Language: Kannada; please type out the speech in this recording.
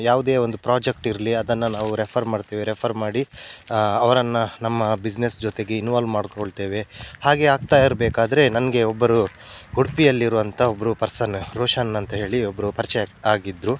ಯಾವುದೇ ಒಂದು ಪ್ರಾಜೆಕ್ಟ್ ಇರಲಿ ಅದನ್ನು ನಾವು ರೆಫರ್ ಮಾಡ್ತೇವೆ ರೆಫರ್ ಮಾಡಿ ಅವ್ರನ್ನು ನಮ್ಮ ಬಿಸ್ನೆಸ್ ಜೊತೆಗೆ ಇನ್ವಾಲ್ವ್ ಮಾಡಿಕೊಳ್ತೇವೆ ಹಾಗೆ ಆಗ್ತಾ ಇರಬೇಕಾದ್ರೆ ನನಗೆ ಒಬ್ಬರು ಉಡುಪಿಯಲ್ಲಿರುವಂಥ ಒಬ್ಬರು ಪರ್ಸನ್ ರೋಷನ್ ಅಂತ ಹೇಳಿ ಒಬ್ಬರು ಪರ್ಚಯ ಆಗಿದ್ದರು